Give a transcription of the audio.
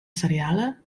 seriale